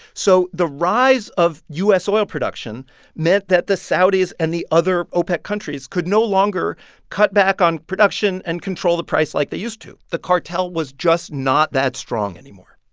so the rise of u s. oil production meant that the saudis and the other opec countries could no longer cut back on production and control the price like they used to. the cartel was just not that strong anymore.